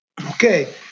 Okay